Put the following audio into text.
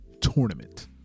tournament